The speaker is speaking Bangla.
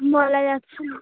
মলয় আসছে